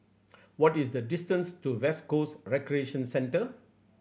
what is the distance to West Coast Recreation Centre